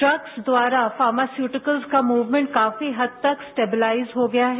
trucks द्वारा pharmaceuticals का movement काफी हद तक स्टेबलाइज हो गया है